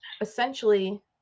essentially